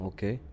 Okay